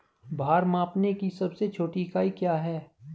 भार मापने की सबसे छोटी इकाई क्या है?